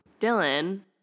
Dylan